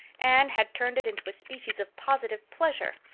anne had turned it into a species of positive pleasure.